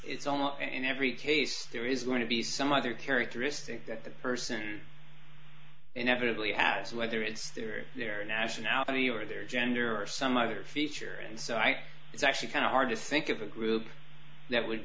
is almost in every case there is going to be some other characteristic that the person inevitably has whether it is their nationality or their gender or some other feature and so i actually kind of hard to think of a group that would